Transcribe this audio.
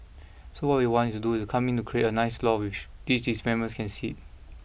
so what we want to do is come in to create a nice lawn which these developments can sit